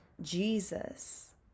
Jesus